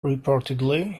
reportedly